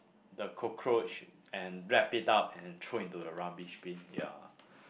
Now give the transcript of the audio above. the cockroach and warp it up and throw into to the rubbish bin ya